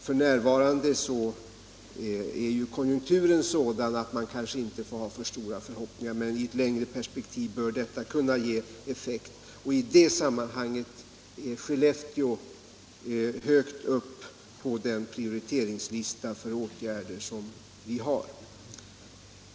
F.n. är konjunkturen sådan att man kanske inte får ha för stora förhoppningar, men i ett längre perspektiv bör detta kunna ge effekt. I det sammanhanget återfinns Skellefteå högt upp på prioriteringslistan för åtgärder.